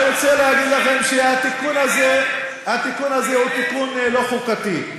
אני רוצה להגיד לכם שהתיקון הזה הוא תיקון לא חוקתי.